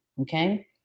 Okay